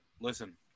listen